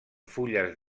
fulles